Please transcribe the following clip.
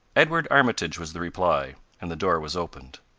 edward armitage, was the reply and the door was opened.